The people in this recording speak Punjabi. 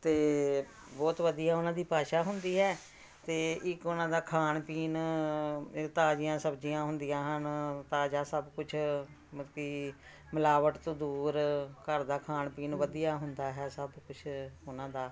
ਅਤੇ ਬਹੁਤ ਵਧੀਆਂ ਉਹਨਾਂ ਦੀ ਭਾਸ਼ਾ ਹੁੰਦੀ ਹੈ ਅਤੇ ਇੱਕ ਉਹਨਾਂ ਦਾ ਖਾਣ ਪੀਣ ਤਾਜ਼ੀਆਂ ਸਬਜ਼ੀਆਂ ਹੁੰਦੀਆਂ ਹਨ ਤਾਜ਼ਾ ਸਭ ਕੁਛ ਮਤਲਬ ਕੀ ਮਿਲਾਵਟ ਤੋਂ ਦੂਰ ਘਰ ਦਾ ਖਾਣ ਪੀਣ ਵਧੀਆ ਹੁੰਦਾ ਹੈ ਸਭ ਕੁਛ ਉਹਨਾਂ ਦਾ